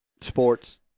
sports